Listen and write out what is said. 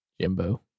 Jimbo